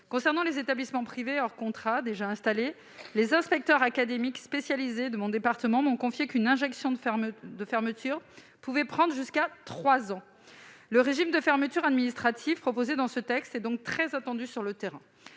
concerne les établissements privés hors contrat déjà installés, les inspecteurs académiques spécialisés du département dont je suis élue m'ont confié qu'une injonction de fermeture pouvait prendre jusqu'à trois ans. Le régime de fermeture administrative proposé dans ce texte est donc très attendu sur le terrain